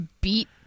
beat